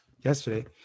yesterday